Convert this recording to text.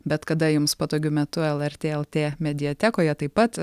bet kada jums patogiu metu lrt lt mediatekoje taip pat